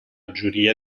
giuria